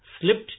slipped